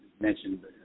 Mentioned